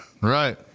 right